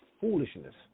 foolishness